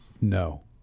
No